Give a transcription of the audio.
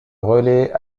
relais